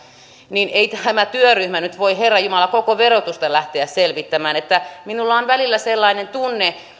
niin ei tämä työryhmä nyt voi herra jumala koko verotusta lähteä selvittämään minulla on välillä sellainen tunne